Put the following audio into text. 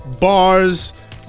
Bars